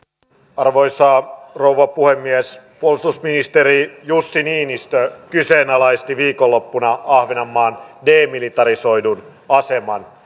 arvoisa rouva puhemies puolustusministeri jussi niinistö kyseenalaisti viikonloppuna ahvenanmaan demilitarisoidun aseman